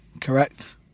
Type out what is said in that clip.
Correct